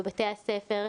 בבתי הספר,